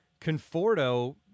Conforto